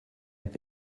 app